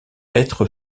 être